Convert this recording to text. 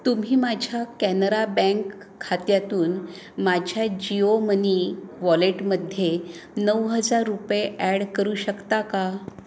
तुम्ही माझ्या कॅनरा बँक खात्यातून माझ्या जिओ मनी वॉलेटमध्ये नऊ हजार रुपये ॲड करू शकता का